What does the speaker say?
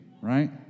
right